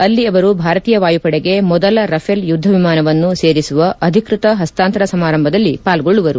ಅಲ್ಲಿ ಅವರು ಭಾರತೀಯ ವಾಯುಪಡೆಗೆ ಮೊದಲ ರಫೇಲ್ ಯುದ್ದ ವಿಮಾನವನ್ನು ಸೇರಿಸುವ ಅಧಿಕೃತ ಹಸ್ತಾಂತರ ಸಮಾರಂಭದಲ್ಲಿ ಪಾಲ್ಗೊಳ್ಳುವರು